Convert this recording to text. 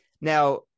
Now